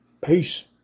Peace